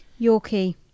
Yorkie